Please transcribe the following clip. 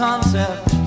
Concept